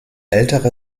ältere